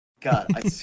god